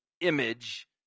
image